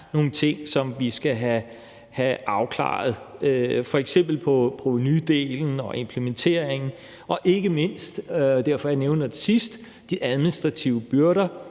nogle ting, som vi skal have afklaret, f.eks. på provenudelen og implementeringen og ikke mindst – og det er derfor, jeg nævner det til sidst – de administrative byrder.